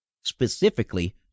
Specifically